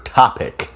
topic